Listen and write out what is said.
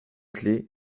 clef